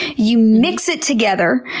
you mix it together,